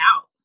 out